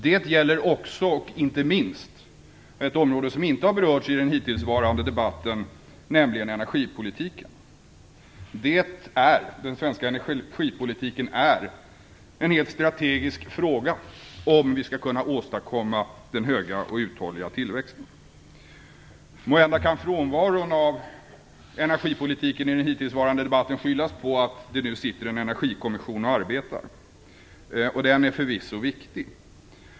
Det gäller inte minst ett område som inte har berörts i den hittillsvarande debatten, nämligen energipolitiken. Den svenska energipolitiken är en helt strategisk fråga om vi skall kunna åstadkomma den höga och uthålliga tillväxten. Måhända kan frånvaron av energipolitik i den hittillsvarande debatten skyllas på att det nu sitter en energikommission och arbetar. Den är förvisso viktig.